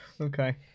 okay